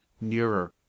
nearer